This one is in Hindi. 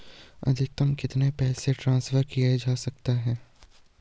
अधिकतम कितने पैसे ट्रांसफर किये जा सकते हैं?